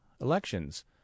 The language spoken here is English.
Elections